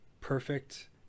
perfect